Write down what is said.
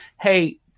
Hey